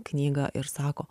knygą ir sako